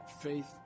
faith